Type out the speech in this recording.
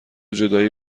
جدایی